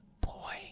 boy